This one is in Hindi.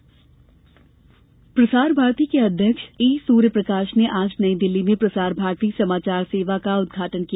प्रसार भारती प्रसार भारती के अध्यक्ष ए सूर्यप्रकाश ने आज नई दिल्ली में प्रसार भारती समाचार सेवा का उद्घाटन किया